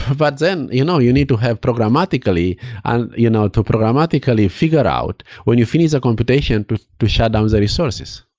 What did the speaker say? ah but then you know you need to have to programmatically and you know to programmatically figure out when you finish a computation to to shut down the resources.